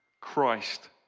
Christ